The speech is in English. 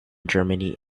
germany